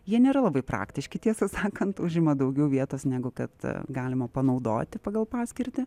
jie nėra labai praktiški tiesą sakant užima daugiau vietos negu kad galima panaudoti pagal paskirtį